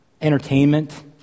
entertainment